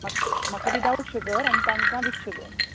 म्हाक म्हाका विदावट शुगर आनी तांकां वित शुगर